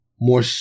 more